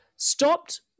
stopped